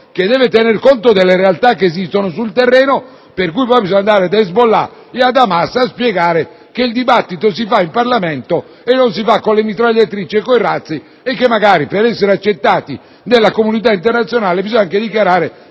che tengano conto delle realtà che esistono sul terreno, per cui bisogna andare da Hezbollah e da Hamas a spiegare che il dibattito si fa in Parlamento e non con le mitragliatrici e con i razzi, e che magari, per essere accettati nella comunità internazionale, bisogna anche dichiarare